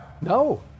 No